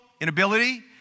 inability